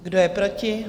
Kdo je proti?